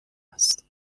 است